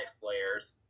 players